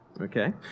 Okay